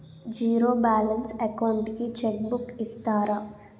Zero balance account కి cheque book ఇస్తారా?